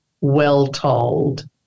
well-told